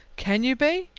can you be?